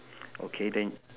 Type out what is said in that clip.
okay then